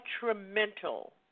detrimental